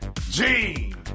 Gene